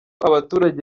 abaturage